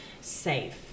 safe